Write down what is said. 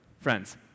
friends